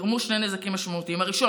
ייגרמו שני נזקים משמעותיים: הראשון,